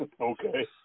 Okay